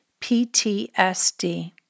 PTSD